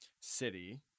city